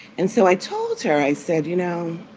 and so i told her, i said, you know,